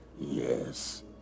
Yes